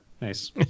Nice